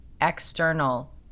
external